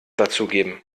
dazugeben